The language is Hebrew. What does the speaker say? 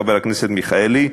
חבר הכנסת מיכאלי,